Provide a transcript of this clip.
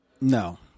No